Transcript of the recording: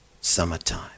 summertime